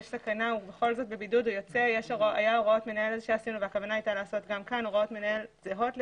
היו הוראות והכוונה הייתה לעשות גם כאן הוראות מנהל זהות לזה.